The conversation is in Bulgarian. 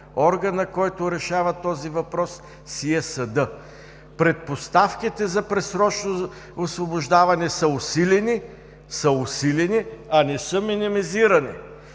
Органът, който решава този въпрос, е съдът. Предпоставките за предсрочно освобождаване са усилени, а не са минимизирани.